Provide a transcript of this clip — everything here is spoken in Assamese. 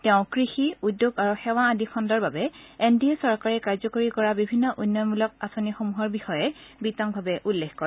তেওঁ কৃষি উদ্যোগ আৰু সেৱা আদি খণুৰ বাবে এন ডি এ চৰকাৰে কাৰ্যকৰী কৰা বিভিন্ন উন্নয়নমূলক আঁচনিসমূহৰ বিষয়ে বিতংভাৱে উল্লেখ কৰে